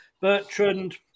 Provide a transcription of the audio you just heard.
Bertrand